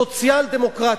סוציאל-דמוקרטיה.